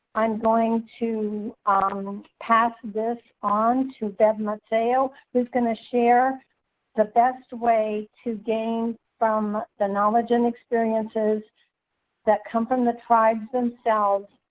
i'm going to um pass this on to deb mazzeo who's going to share the best way to gain from the knowledge and experiences that come from the tribes themselves,